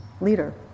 leader